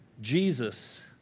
Jesus